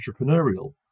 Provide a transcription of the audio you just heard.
entrepreneurial